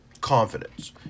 Confidence